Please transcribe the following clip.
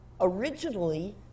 originally